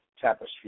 tapestry